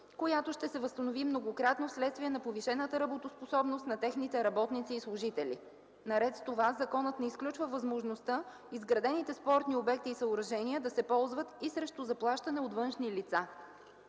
която ще се възстанови многократно вследствие на повишената работоспособност на техните работници и служители. Наред с това, законът не изключва възможността изградените спортни обекти и съоръжения да се ползват и срещу заплащане от външни лица.